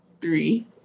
three